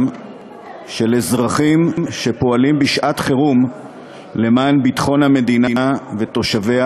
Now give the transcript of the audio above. של אזרחים שפועלים בשעת חירום למען ביטחון המדינה ותושביה